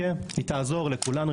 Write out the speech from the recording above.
היא תעזור לכולם.